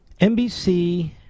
NBC